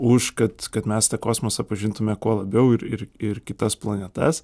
už kad kad mes tą kosmosą pažintume kuo labiau ir ir ir kitas planetas